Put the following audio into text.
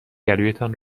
گلویتان